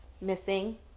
Missing